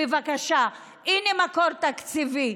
בבקשה, הינה מקור תקציבי.